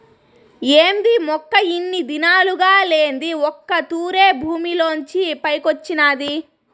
ఏంది మొక్క ఇన్ని దినాలుగా లేంది ఒక్క తూరె భూమిలోంచి పైకొచ్చినాది